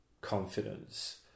confidence